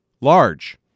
Large